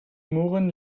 murren